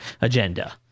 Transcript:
agenda